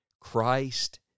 Christ